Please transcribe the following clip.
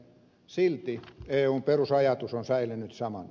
silti eun perusajatus on säilynyt samana